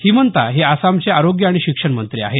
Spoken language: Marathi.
हिमंता हे आसामचे आरोग्य आणि शिक्षण मंत्री आहेत